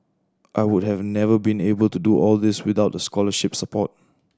I would have never been able to do all these without the scholarship support